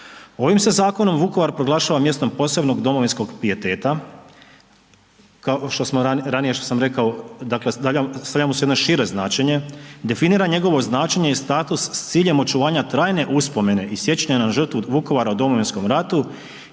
„Ovim se zakonom Vukovar se proglašava mjestom posebnog domovinskog pijeteta“ što sam ranije rekao stavlja mu je jedno šire značenje „definira njegovo značenje i status s ciljem očuvanja trajne uspomene i sjećanja na žrtvu Vukovara u Domovinskom ratu